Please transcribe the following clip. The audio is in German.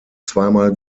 zweimal